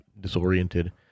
disoriented